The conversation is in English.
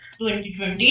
2020